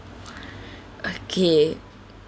okay